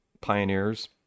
pioneers